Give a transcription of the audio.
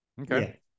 okay